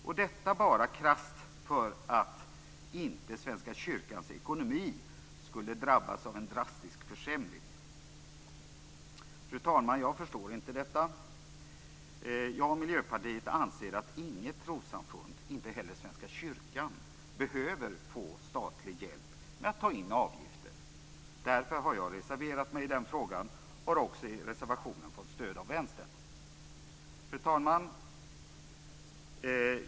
Och detta, krasst uttryckt, bara för att inte Svenska kyrkans ekonomi skulle drabbas av en drastisk försämring. Fru talman! Jag förstår inte detta. Jag och Miljöpartiet anser att inget trossamfund, inte heller Svenska kyrkan, behöver statlig hjälp med att ta in avgifter. Därför har jag reserverat mig i frågan och har också i reservationen fått stöd av Vänstern. Fru talman!